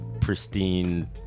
pristine